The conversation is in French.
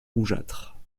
rougeâtre